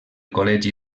col·legi